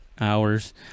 hours